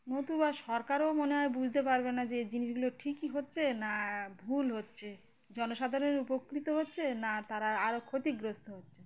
নতুবা সরকারও মনে হয় বুঝতে পারবে না যে এই জিনিসগুলো ঠিকই হচ্ছে না ভুল হচ্ছে জনসাধারণ উপকৃত হচ্ছে না তারা আরও ক্ষতিগ্রস্ত হচ্ছে